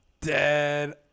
Dead